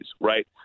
right